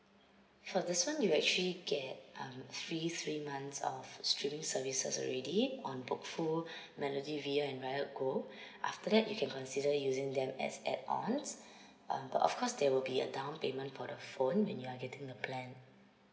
for this one you actually get um free three months of streaming services already on both flu melody via and riot gold after that you can consider using them as add ons um but of course there will be a down payment for the phone when you're getting the plan